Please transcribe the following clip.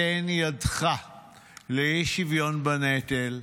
אם תיתן ידך לאי-שוויון בנטל,